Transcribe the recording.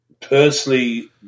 personally